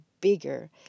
bigger